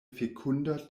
fekunda